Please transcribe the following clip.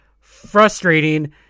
frustrating